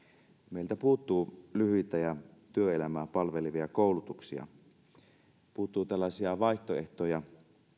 meiltä puuttuu lyhyitä ja työelämää palvelevia koulutuksia puuttuu tällaisia vaihtoehtoja